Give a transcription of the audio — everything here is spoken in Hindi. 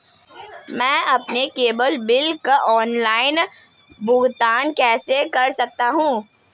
मैं अपने केबल बिल का ऑनलाइन भुगतान कैसे कर सकता हूं?